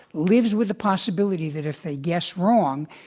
lives with the possibility that if they guess wrong,